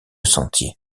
sentier